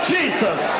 Jesus